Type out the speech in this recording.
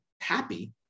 happy